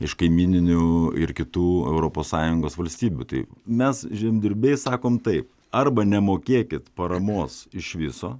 iš kaimyninių ir kitų europos sąjungos valstybių tai mes žemdirbiai sakom taip arba nemokėkit paramos iš viso